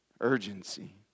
Urgency